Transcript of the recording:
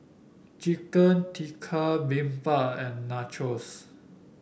Chicken Tikka Bibimbap and Nachos